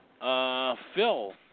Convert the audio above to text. Phil